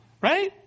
Right